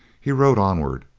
he rode onward,